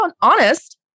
honest